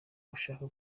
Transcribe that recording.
gushaka